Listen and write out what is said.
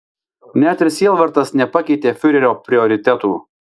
net ir sielvartas nepakeitė fiurerio prioritetų